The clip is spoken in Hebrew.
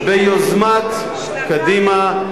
ביוזמת קדימה,